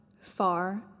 far